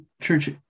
church